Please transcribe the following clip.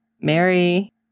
Mary